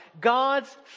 God's